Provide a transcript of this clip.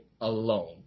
alone